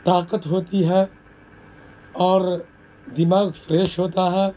طاقت ہوتی ہے اور دماغ فریش ہوتا ہے